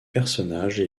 personnages